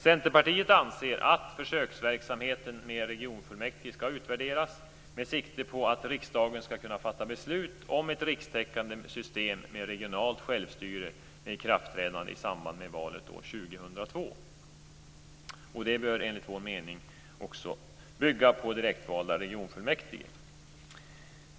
Centerpartiet anser att försöksverksamheten med regionfullmäktige bör utvärderas med sikte på att riksdagen skall kunna fatta beslut om ett rikstäckande system med regionalt självstyre med ikraftträdande i samband med valet år 2002. Det bör enligt vår mening också bygga på direktvalda regionfullmäktige.